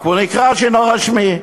רק הוא נקרא שאינו רשמי.